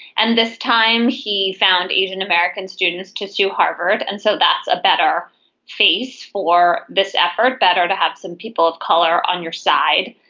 and this time he found asian-american students to sue harvard. and so that's a better face for this effort. better to have some people of color on your side.